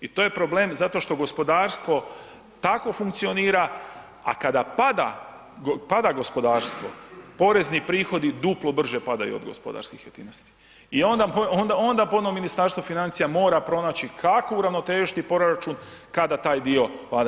I to je problem zato što gospodarstvo tako funkcionira, a kada pada, pada gospodarstvo porezni prihodi duplo brže padaju od gospodarskih aktivnosti i onda ponovo Ministarstvo financija mora pronaći kako uravnotežiti proračun kada taj dio pada.